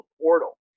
portal